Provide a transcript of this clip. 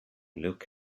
look